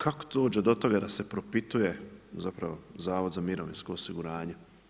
Kako dođe do toga da se propituje zapravo Zavod za mirovinsko osiguranje?